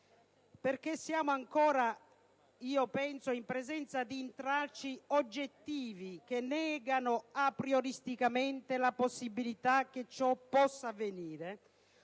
Siamo ancora, io penso, in presenza di intralci oggettivi che negano aprioristicamente la possibilità che ciò possa avvenire.